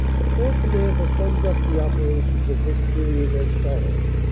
the corps commander sums up the operations of this period as follows